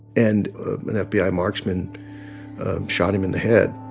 and an fbi ah marksman shot him in the head